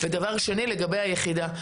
דבר נוסף, לגבי היחידה.